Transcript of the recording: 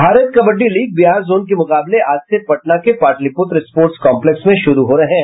Bharat kabaddi league Bihar zone के मुकाबले आज से पटना के पाटलिपुत्र स्पोर्टस कॉम्पलेक्स में शुरू हो रहे हैं